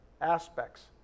aspects